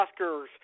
Oscars